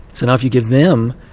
so now if you give them.